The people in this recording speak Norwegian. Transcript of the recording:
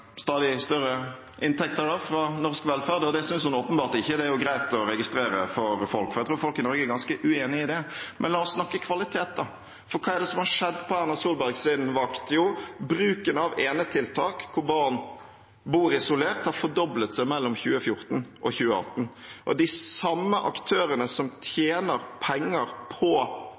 stadig større inntekter fra norsk velferd, og det synes hun åpenbart ikke. Det er greit å registrere for folk, for jeg tror folk i Norge er ganske uenig i det. Men la oss snakke om kvalitet, for hva er det som har skjedd på Erna Solbergs vakt? Jo, bruken av enetiltak for barn – de bor isolert – har fordoblet seg mellom 2014 og 2018. De samme aktørene som tjener penger på